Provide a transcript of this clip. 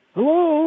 Hello